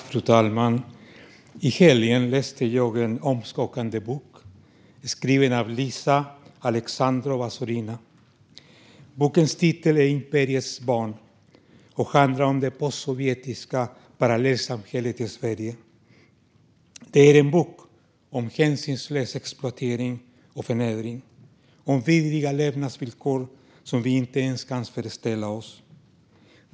Fru talman! I helgen läste jag en omskakande bok skriven av Liza Alexandrova-Zorina. Bokens titel är Imperiets barn , och den handlar om det postsovjetiska parallellsamhället i Sverige. Det är en bok om hänsynslös exploatering och förnedring och om vidriga levnadsvillkor, som vi inte ens kan föreställa oss.